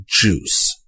juice